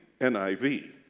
NIV